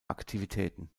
aktivitäten